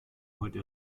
heute